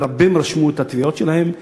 ורבים רשמו את התביעות שלהם,